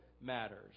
matters